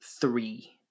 three